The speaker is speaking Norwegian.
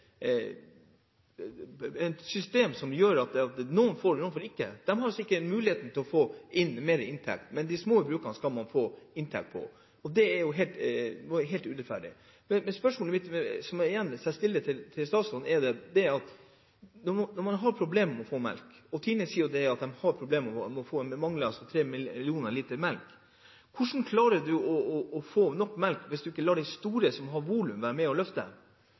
et system som gjør at noen får, mens andre ikke får. De store brukene får altså ikke muligheten til å få inn mer inntekter, men de små brukene får øke sine inntekter. Dette er helt urettferdig. Spørsmålet som jeg igjen stiller statsråden, er: Når man har problemer med å få inn melk, og TINE sier de mangler 30 millioner liter melk, hvordan klarer man å få nok melk hvis man ikke lar de store, som har volumet, være med og løfte? Som sagt – dette har ingenting med markedsregulering å